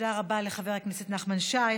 תודה רבה לחבר הכנסת נחמן שי.